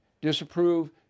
Disapprove